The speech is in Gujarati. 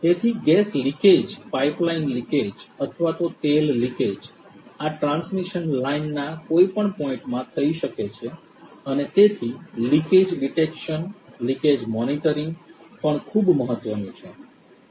તેથી ગેસ લિકેજ પાઇપલાઇન લિકેજ અથવા તો તેલ લિકેજ આ ટ્રાન્સમિશન લાઇન ના કોઈપણ પોઇન્ટમાં થઈ શકે છે અને તેથી લિકેજ ડિટેક્શન લિકેજ મોનિટરિંગ પણ ખૂબ મહત્વનું છે